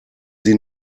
sie